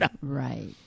Right